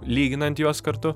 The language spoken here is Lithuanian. lyginant juos kartu